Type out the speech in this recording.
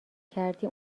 کردی